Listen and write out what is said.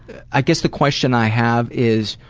i guess the question i have is,